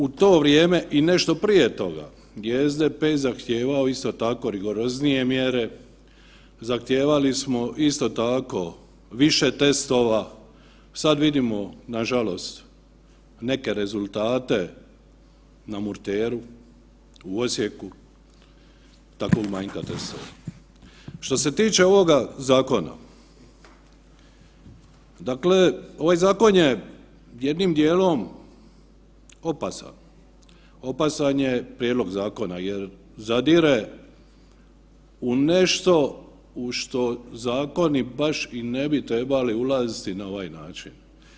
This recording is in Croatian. U to vrijeme i nešto prije toga je SDP zahtijevao isto tako, rigoroznije mjere, zahtijevali smo isto tako, više testova, sad vidimo, nažalost, neke rezultate na Murteru, u Osijeku … [[Govornik se ne razumije]] Što se tiče ovoga zakona, dakle ovaj zakon je jednim dijelom opasan, opasan je prijedlog zakona jer zadire u nešto u što zakoni baš i ne bi trebali ulaziti na ovaj način.